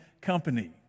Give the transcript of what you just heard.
Company